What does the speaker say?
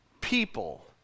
people